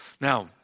Now